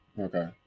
okay